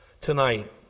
tonight